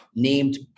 named